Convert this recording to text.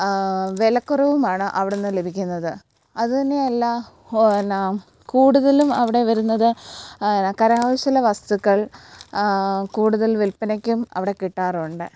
വിലക്കുറവുമാണ് അവിടുന്ന് ലഭിക്കുന്നത് അതുതന്നെ എല്ലാം ഹോ എന്നാ കൂടുതലും അവിടെ വരുന്നത് പിന്നെ കരകൗശല വസ്തുക്കൾ കൂടുതൽ വില്പനക്കും അവിടെ കിട്ടാറുണ്ട്